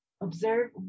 observe